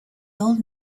old